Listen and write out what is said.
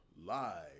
live